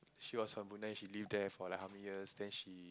she was from Brunei she lived there for like how many years then she